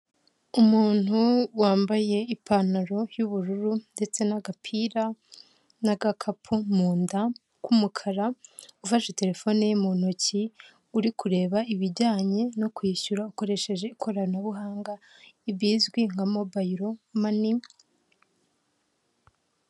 Umuntu wambaye ipantaro y'ubururu ndetse n'agapira n'agakapu mu nda k'umukara, ufashe telefone ye mu ntoki, uri kureba ibijyanye no kwishyura ukoresheje ikoranabuhanga bizwi nka mobayilo mani.